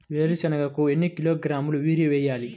వేరుశనగకు ఎన్ని కిలోగ్రాముల యూరియా వేయాలి?